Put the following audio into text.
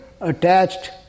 attached